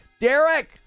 Derek